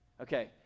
Okay